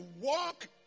Walk